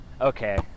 okay